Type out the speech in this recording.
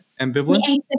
ambivalent